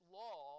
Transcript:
law